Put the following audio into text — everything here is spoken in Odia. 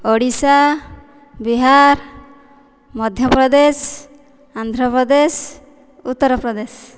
ଓଡ଼ିଶା ବିହାର ମଧ୍ୟପ୍ରଦେଶ ଆନ୍ଧ୍ରପ୍ରଦେଶ ଉତ୍ତରପ୍ରଦେଶ